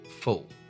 full